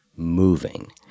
moving